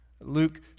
Luke